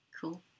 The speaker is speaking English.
cool